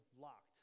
Locked